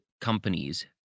companies